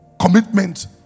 commitment